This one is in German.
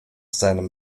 seinem